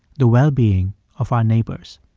the well-being of our neighbors